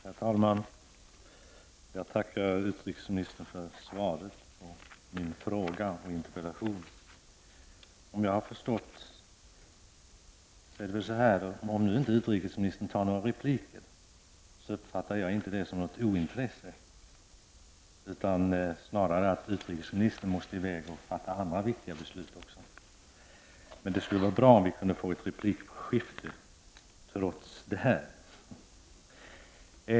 Herr talman! Jag tackar utrikesministern för svaret på min fråga. Om nu inte utrikesministern går upp i replik uppfattar jag inte det som ointresse utan snarare som att utrikesministern måste i väg och fatta andra viktiga beslut. Men det skulle vara bra om vi trots allt kunde få ett replikskifte.